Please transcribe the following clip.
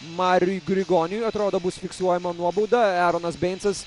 mariui grigoniui atrodo bus fiksuojama nuobauda eronas beincas